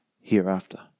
hereafter